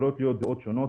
יכולות להיות דעות שונות,